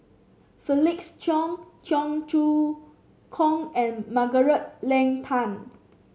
Felix Cheong Cheong Choong Kong and Margaret Leng Tan